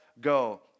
go